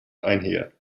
einher